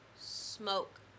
smoke